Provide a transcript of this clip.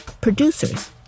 Producers